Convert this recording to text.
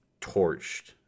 torched